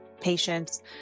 patients